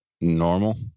normal